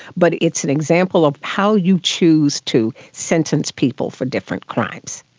but it's an example of how you choose to sentence people for different crimes.